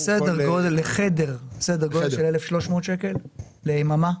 סדר גודל לחדר של 1,300 ₪ ליממה,